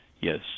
yes